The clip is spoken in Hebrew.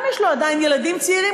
גם לו יש עדיין ילדים צעירים,